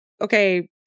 okay